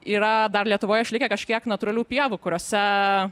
yra dar lietuvoj išlikę kažkiek natūralių pievų kuriose